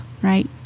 right